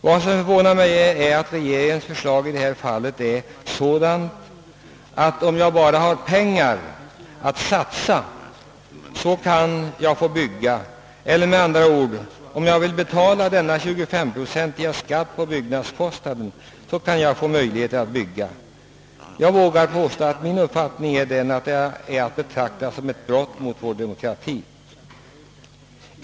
Vad som förvånar mig är att regeringens förslag i detta fall är sådant att den som bara har pengar att satsa har möjlighet att bygga eller med andra ord: om jag vill betala denna 25-procentiga skatt på byggnadskostnaden, kan jag få bygga. Min uppfattning är, att detta kan betraktas som ett brott mot vår demokrati.